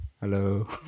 hello